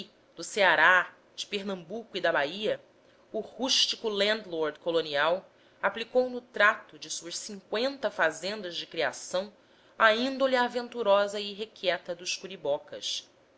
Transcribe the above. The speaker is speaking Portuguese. do ceará de pernambuco e da bahia o rústico landlord colonial aplicou no trato de suas cinqüenta fazendas de criação a índole aventurosa e irrequieta dos curibocas